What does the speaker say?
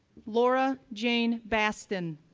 laura jane basten,